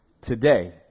today